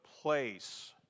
place